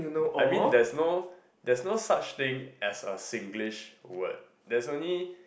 I mean there's no there's no such thing as a Singlish word there's only